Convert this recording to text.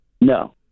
No